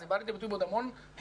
זה בא לידי ביטוי בעוד המון היבטים